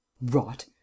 Rot